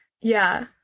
Yeah